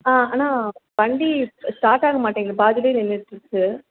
ஆ அண்ணா வண்டி ஸ் ஸ்டார்ட் ஆக மாட்டேங்கிது பாதியிலயே நின்னுடுச்சிசு